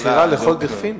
מכירה לכל דכפין,